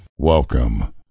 Welcome